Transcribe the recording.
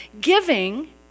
giving